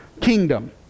kingdom